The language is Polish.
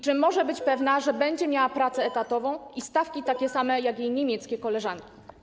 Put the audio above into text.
Czy może być pewna, że będzie miała pracę etatową i takie same stawki jak jej niemieckie koleżanki?